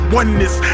oneness